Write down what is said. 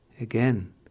Again